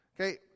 Okay